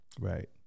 right